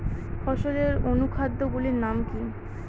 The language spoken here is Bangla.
ফসলের অনুখাদ্য গুলির নাম কি?